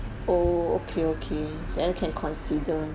oh okay okay then can consider